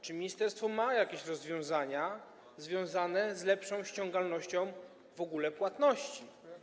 Czy ministerstwo ma jakieś rozwiązania związane z lepszą ściągalnością w ogóle płatności?